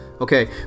Okay